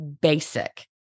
basic